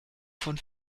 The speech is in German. von